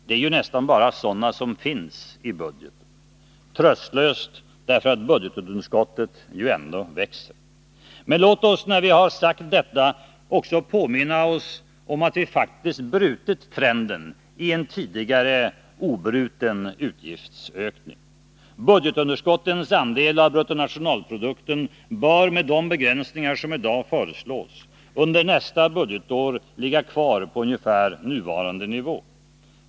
Det är ju nästan bara sådana som finns i budgeten. Tröstlöst därför att budgetunderskottet ändå växer. Men låt oss, när vi har sagt detta, också påminna oss om att vi faktiskt brutit trenden i en tidigare obruten utgiftsökning. Budgetunderskottets andel av bruttonationalprodukten bör, med de begränsningar som i dag föreslås, under nästa budgetår ligga kvar på ungefär nuvarande nivå.